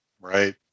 right